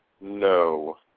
No